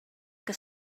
que